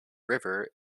river